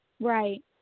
Right